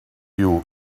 you